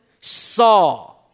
saw